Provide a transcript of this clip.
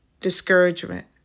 discouragement